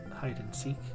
hide-and-seek